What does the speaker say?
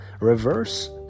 reverse